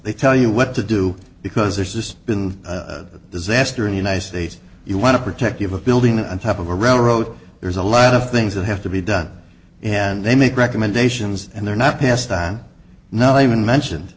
they tell you what to do because there's just been a disaster in united states you want to protect you've a building on top of a railroad there's a lot of things that have to be done and they make recommendations and they're not passed on now even mentioned